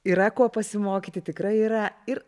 yra ko pasimokyti tikrai yra ir